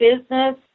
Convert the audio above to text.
business